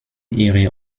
ihre